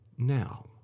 now